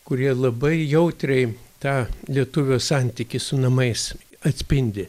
kurie labai jautriai tą lietuvio santykį su namais atspindi